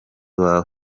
wawe